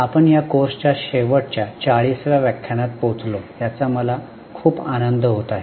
आपण या कोर्सच्या शेवटच्या 40 व्या व्याख्यानात पोहोचलो याचा मला खूप आनंद होत आहे